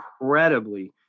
Incredibly